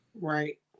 Right